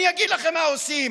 אני אגיד לכם מה עושים.